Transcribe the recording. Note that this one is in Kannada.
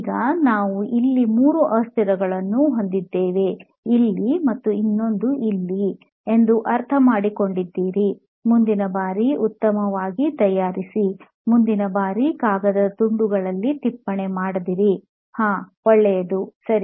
ಈಗ ನಾವು ಇಲ್ಲಿ ಮೂರು ಅಸ್ಥಿರಗಳನ್ನು ಹೊಂದಿದ್ದೇವೆ ಇಲ್ಲಿ ಮತ್ತು ಇನ್ನೊಂದನ್ನು ಇಲ್ಲಿ ನೀವು ಅರ್ಥಮಾಡಿಕೊಂಡಿದ್ದೀರಿ ಮುಂದಿನ ಬಾರಿ ಉತ್ತಮವಾಗಿ ತಯಾರಿಸಿ ಮುಂದಿನ ಬಾರಿ ಕಾಗದದ ತುಂಡುಗಳಲ್ಲಿ ಟಿಪ್ಪಣಿ ಮಾಡದಿರಿ ಹ್ಮ್ ಹ್ಮ್ ಒಳ್ಳೆಯದು ಸರಿ